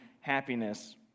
happiness